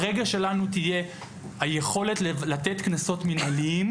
ברגע שלנו תהיה היכולת לתת קנסות מנהליים,